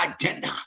agenda